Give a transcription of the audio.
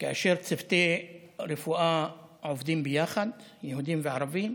שכאשר צוותי רפואה עובדים ביחד, יהודים וערבים,